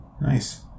Nice